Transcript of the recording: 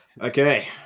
Okay